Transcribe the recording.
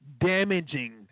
damaging